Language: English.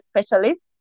specialist